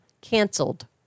canceled